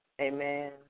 Amen